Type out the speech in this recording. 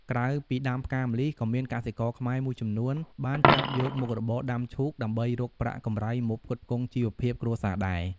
ក្រៅពីដាំផ្កាម្លិះ ក៏មានកសិករខ្មែរមួយចំនួនបានចាប់យកមុខរបរដាំឈូក ដើម្បីរកប្រាក់កម្រៃមកផ្គត់ផ្គង់ជីវភាពគ្រួសារដែរ ។